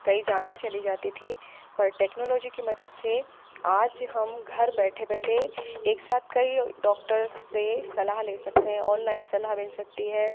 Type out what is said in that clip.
कई जानें चली जाती थीं पर टेक्नोलॉजी की मदद से आज हम घर बैठे बैठे एक साथ कई डॉक्टर्ज़ से सलाह ले सकते हैं ऑनलाइन सलाह मिल सकती है